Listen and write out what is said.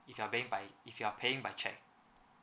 if you are paying by if you are paying by cheque